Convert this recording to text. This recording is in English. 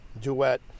duet